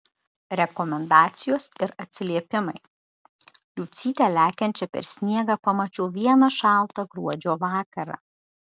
rekomendacijos ir atsiliepimai liucytę lekiančią per sniegą pamačiau vieną šaltą gruodžio vakarą